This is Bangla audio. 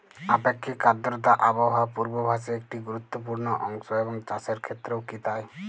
আপেক্ষিক আর্দ্রতা আবহাওয়া পূর্বভাসে একটি গুরুত্বপূর্ণ অংশ এবং চাষের ক্ষেত্রেও কি তাই?